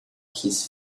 his